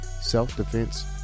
self-defense